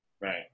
Right